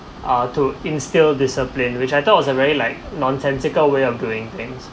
ah to instill discipline which I thought was a very like nonsensical way of doing things